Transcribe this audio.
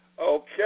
Okay